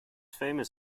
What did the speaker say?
famous